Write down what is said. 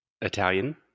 Italian